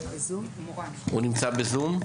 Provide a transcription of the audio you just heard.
הוא נמצא בזום?